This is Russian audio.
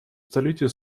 столице